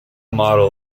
model